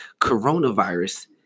coronavirus